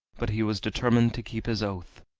but he was determined to keep his oath.